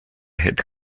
hit